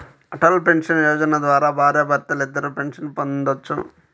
Atal Pension Yojana ద్వారా భార్యాభర్తలిద్దరూ pension పొందొచ్చు